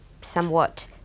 somewhat